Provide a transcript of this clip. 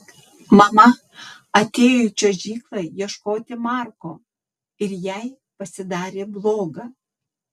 mama atėjo į čiuožyklą ieškoti marko ir jai pasidarė bloga